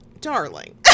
darling